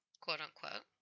quote-unquote